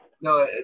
no